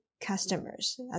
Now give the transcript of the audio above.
customers